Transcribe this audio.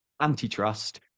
antitrust